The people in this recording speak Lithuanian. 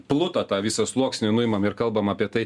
plutą tą visą sluoksnį nuimam ir kalbam apie tai